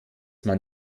man